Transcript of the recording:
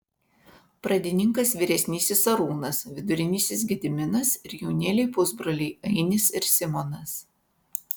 pradininkas vyresnysis arūnas vidurinysis gediminas ir jaunėliai pusbroliai ainis ir simonas